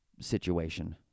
situation